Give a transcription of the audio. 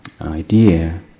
idea